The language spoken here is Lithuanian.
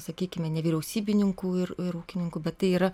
sakykime nevyriausybininkų ir ir ūkininkų bet tai yra